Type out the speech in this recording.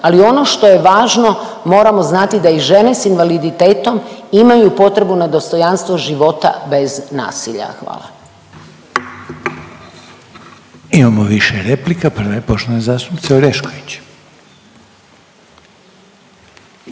ali ono što je važno, moramo znati da i žene s invaliditetom imaju potrebu na dostojanstvo života bez nasilja. Hvala. **Reiner, Željko (HDZ)** Imamo više replika, prva je poštovana zastupnica Orešković.